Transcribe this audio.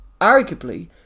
arguably